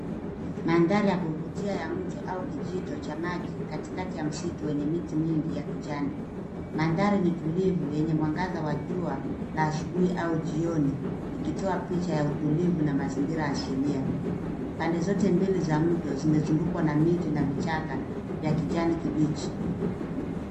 Madhari ya kuvutia ya mto au kijito cha maji katikati ya msitu wenye miti mingi ya kijani. Mandhari ni tulivu yenye mwangaza wa jua la asubuhi au jioni ikitoa picha ya utulivu na mazingira asilia. Pande zote mbili za mto zimezungukwa na miti na vichaka vya kijani kibichi.